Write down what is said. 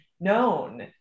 known